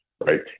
Right